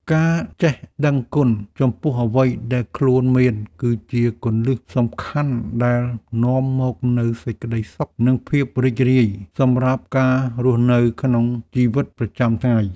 ការចេះដឹងគុណចំពោះអ្វីដែលខ្លួនមានគឺជាគន្លឹះសំខាន់ដែលនាំមកនូវសេចក្ដីសុខនិងភាពរីករាយសម្រាប់ការរស់នៅក្នុងជីវិតប្រចាំថ្ងៃ។